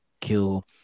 kill